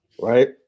right